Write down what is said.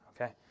okay